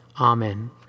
Amen